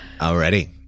Already